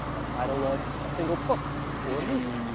a title of a single book or a movie,